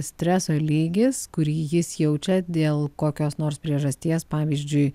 streso lygis kurį jis jaučia dėl kokios nors priežasties pavyzdžiui